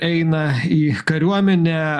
eina į kariuomenę